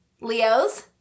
Leos